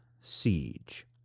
siege